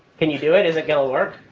can you do it? is it going to work?